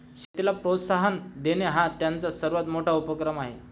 शेतीला प्रोत्साहन देणे हा त्यांचा सर्वात मोठा उपक्रम आहे